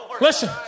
Listen